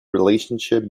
relationship